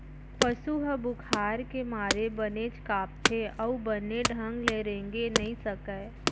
पसु ह बुखार के मारे बनेच कांपथे अउ बने ढंग ले रेंगे नइ सकय